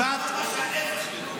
בחברון אתה לומד ההפך מתורה.